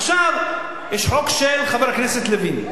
עכשיו, יש חוק של חבר הכנסת לוין,